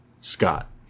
Scott